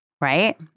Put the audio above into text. right